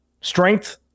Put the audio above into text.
strength